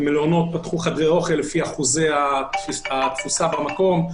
במלונות פתחו חדרי אוכל לפי אחוזי התפוסה במקום,